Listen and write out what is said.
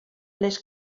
les